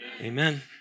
amen